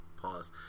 Pause